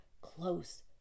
close